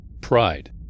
pride